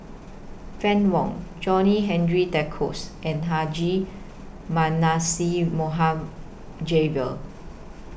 Fann Wong John Henry Duclos and Haji Mohd Javad